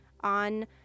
on